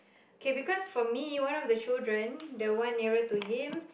K because for me one of the children the one nearer to him